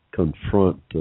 confront